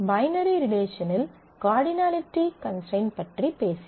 binary ரிலேஷனில் cardinality constraint பற்றி பேசினோம்